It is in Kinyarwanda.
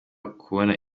kubona